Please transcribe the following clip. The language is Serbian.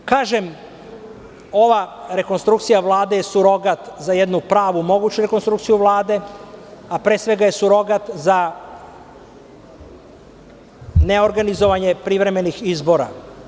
Ova rekonstrukcija Vlade je surogat za jednu pravu i moguću rekonstrukciju Vlade, a pre svega je surogat za neorganizovanje privremenih izbora.